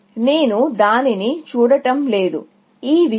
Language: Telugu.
నేను దానిని చూడటం లేదు ఈ విషయం